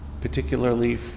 particularly